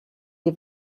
die